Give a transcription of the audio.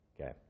Okay